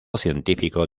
científico